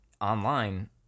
online